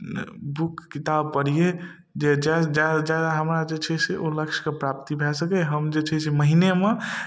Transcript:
नहि बुक किताब पढ़ियै जे जब जादा जादा हमरा जे छै से ओ लक्ष्यके प्राप्ति भए सकै हम जे छै से महीनेमे